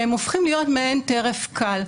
והם הופכים להיות מעין טרף קל.